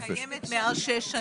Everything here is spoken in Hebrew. היא קיימת כבר מעל שש שנים.